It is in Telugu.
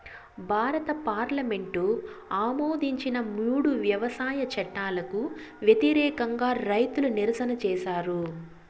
భారత పార్లమెంటు ఆమోదించిన మూడు వ్యవసాయ చట్టాలకు వ్యతిరేకంగా రైతులు నిరసన చేసారు